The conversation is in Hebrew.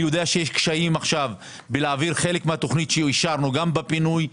אני יודע שיש קשיים עכשיו להעביר חלק מהתוכנית שאישרנו גם בבינוי,